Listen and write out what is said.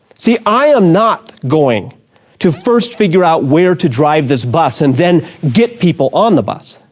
see, i am not going to first figure out where to drive this bus and then get people on the bus.